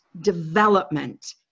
development